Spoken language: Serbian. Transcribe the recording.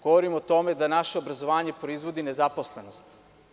Govorim o tome da naše obrazovanje proizvodi nezaposlenost.